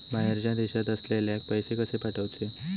बाहेरच्या देशात असलेल्याक पैसे कसे पाठवचे?